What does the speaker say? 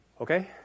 Okay